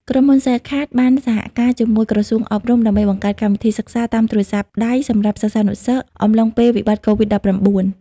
ក្រុមហ៊ុន សែលកាត (Cellcard) បានសហការជាមួយក្រសួងអប់រំ ដើម្បីបង្កើតកម្មវិធីសិក្សាតាមទូរស័ព្ទដៃសម្រាប់សិស្សានុសិស្សអំឡុងពេលវិបត្តិកូវីដ-១៩។